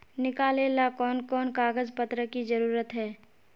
निकाले ला कोन कोन कागज पत्र की जरूरत है?